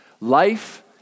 Life